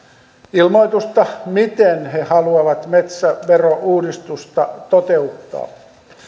ilmoitusta miten he haluavat metsäverouudistusta toteuttaa